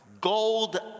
Gold